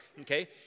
Okay